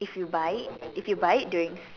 if you buy it if you buy it during